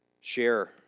Share